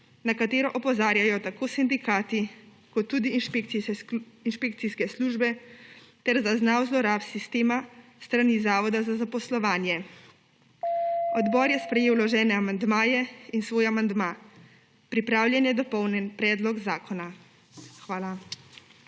na katero opozarjajo tako sindikati kot tudi inšpekcijske službe, ter zaznav zlorab sistema s strani Zavoda za zaposlovanje. Odbor je sprejel vložene amandmaje in svoj amandma. Pripravljen je dopolnjen predlog zakona. Hvala.